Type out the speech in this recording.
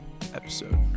episode